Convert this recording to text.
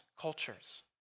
cultures